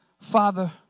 Father